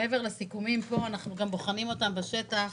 שמעבר לסיכומים פה אנחנו גם בוחנים אותם בשטח,